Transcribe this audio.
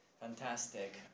fantastic